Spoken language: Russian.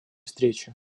встречи